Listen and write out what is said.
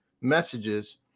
messages